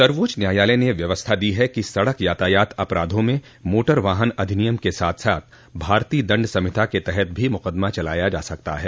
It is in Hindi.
सर्वोच्च न्यायालय ने व्यवस्था दी है कि सड़क यातायात अपराधों में मोटर वाहन अधिनियम के साथ साथ भारतीय दंड संहिता के तहत भी मुकदमा चलाया जा सकता है